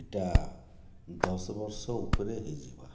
ଇଟା ଦଶ୍ ବର୍ଷ ଉପ୍ରେ ହେଇଯିବା